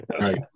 right